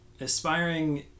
aspiring